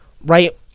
right